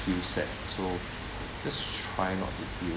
feel sad so just try not to feel